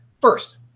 First